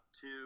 two –